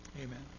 Amen